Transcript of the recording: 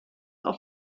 auf